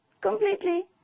completely